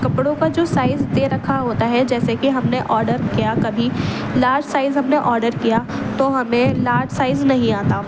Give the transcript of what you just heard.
کپڑوں کا جو سائز دے رکھا ہوتا ہے جیسے کہ ہم نے آڈر کیا کبھی لارج سائز ہم نے آڈر کیا تو ہمیں لارج سائز نہیں آتا